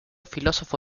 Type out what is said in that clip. filósofo